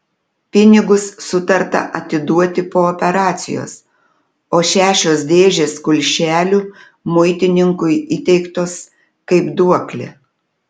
pinigus sutarta atiduoti po operacijos o šešios dėžės kulšelių muitininkui įteiktos kaip duoklė